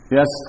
Yes